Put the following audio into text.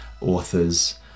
authors